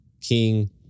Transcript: King